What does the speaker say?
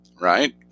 right